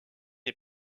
est